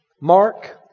Mark